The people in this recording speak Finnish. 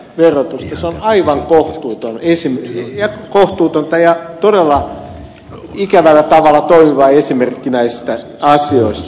se on aivan kohtuutonta ja todella ikävällä tavalla toimiva esimerkki näistä asioista